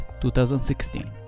2016